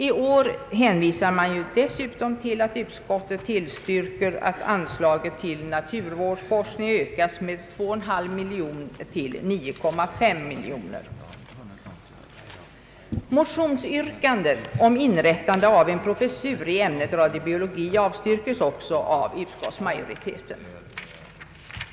I år hänvisar man dessutom till att utskottet tillstyrker att anslaget till naturvårdsforskning utökas med 2,5 milj.kr.nor till 9,5 milj.kr.nor. Motionsyrkandet om inrättande av en professur i ämnet radiobiologi avstyrks också av utskottsmajoriteten.